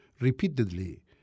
repeatedly